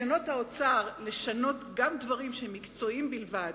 האוצר מנסה לשנות דברים שהם מקצועיים בלבד,